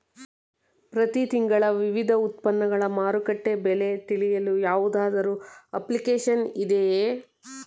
ಪ್ರತಿ ದಿನದ ವಿವಿಧ ಉತ್ಪನ್ನಗಳ ಮಾರುಕಟ್ಟೆ ಬೆಲೆ ತಿಳಿಯಲು ಯಾವುದಾದರು ಅಪ್ಲಿಕೇಶನ್ ಇದೆಯೇ?